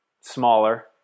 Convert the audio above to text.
smaller